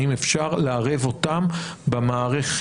האם אפשר לערב אותם במערכת,